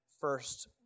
first